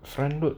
front load